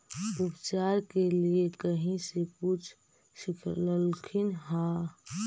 उपचार के लीये कहीं से कुछ सिखलखिन हा?